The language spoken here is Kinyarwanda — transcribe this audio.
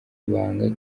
ibanga